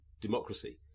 Democracy